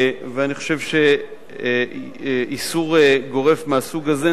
ואני חושב שאיסור גורף מסוג זה,